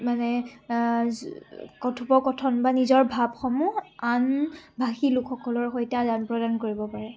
মানে কথোপকথন বা নিজৰ ভাৱসমূহ আনভাষী লোকসকলৰ সৈতে আদান প্ৰদান কৰিব পাৰে